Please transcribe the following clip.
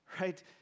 right